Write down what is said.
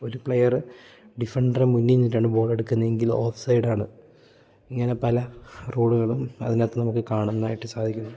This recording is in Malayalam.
ഒരു പ്ലെയറ് ഡിഫൻണ്ടറെ മുന്നി നിന്നിട്ടാണ് ബോളെടുക്കുന്നത് എങ്കിൽ ഓഫ് സൈഡാണ് ഇങ്ങനെ പല റൂളുകളും അതിനകത്ത് നമുക്ക് കാണുൻ ആയിട്ട് സാധിക്കും